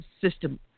system